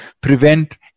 prevent